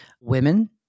women